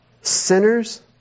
Sinners